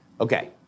Okay